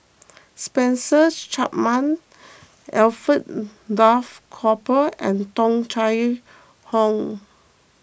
Spencer Chapman Alfred Duff Cooper and Tung Chye Hong